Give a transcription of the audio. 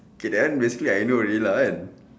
okay that one basically I know already lah